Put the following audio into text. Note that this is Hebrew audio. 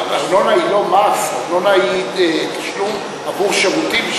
ארנונה היא לא מס, היא תשלום עבור שירותים.